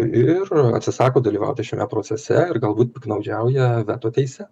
ir atsisako dalyvauti šiame procese ir galbūt piktnaudžiauja veto teise